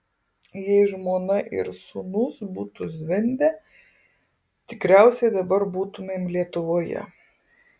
jei žmona ir sūnus būtų zvimbę tikriausiai dabar būtumėm lietuvoje